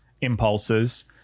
impulses